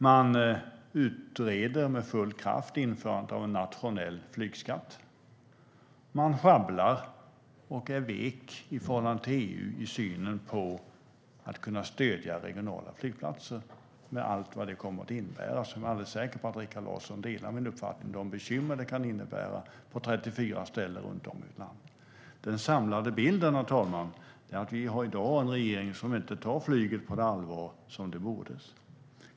Man utreder med full kraft införandet av en nationell flygskatt. Man sjabblar och är vek i förhållande till EU i synen på att kunna stödja regionala flygplatser - med allt vad det kommer att innebära. Jag är alldeles säker på att Rikard Larsson delar min uppfattning om de bekymmer det kan innebära på 34 ställen runt om i landet. Den samlade bilden, herr talman, är att vi i dag har en regering som inte tar flyget på det allvar som de borde.